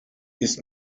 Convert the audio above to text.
ist